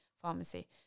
pharmacy